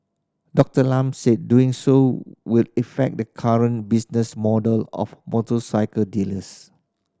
Doctor Lam said doing so will effect the current business model of motorcycle dealers